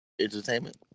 entertainment